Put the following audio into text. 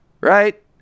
Right